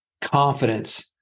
confidence